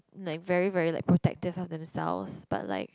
like very very like protective of themselves but like